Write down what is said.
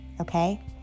okay